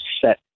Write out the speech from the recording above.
set